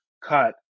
cut